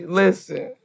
listen